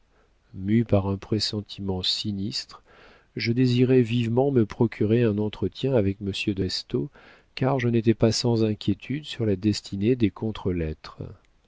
mû par un pressentiment sinistre je désirais vivement me procurer un entretien avec monsieur de restaud car je n'étais pas sans inquiétude sur la destinée des contre lettres